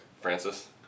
Francis